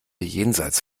jenseits